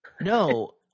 No